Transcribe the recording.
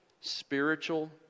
spiritual